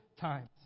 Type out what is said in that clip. times